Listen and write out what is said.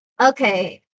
Okay